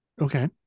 Okay